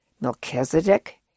Melchizedek